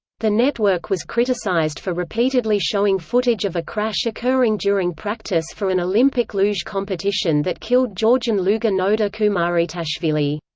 the network was criticized for repeatedly showing footage of a crash occurring during practice for an olympic luge competition that killed georgian luger nodar kumaritashvili.